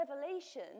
Revelation